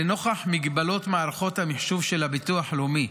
לנוכח מגבלות מערכות המחשוב של הביטוח הלאומי,